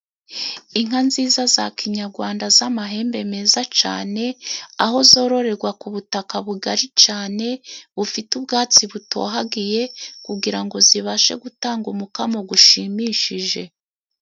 Inka nziza za kinyagwanda z'amahembe meza cane, aho zororerwa ku butaka bugari cane bufite ubwatsi butohagiye, kugira ngo zibashe gutanga umukamo gushimishije.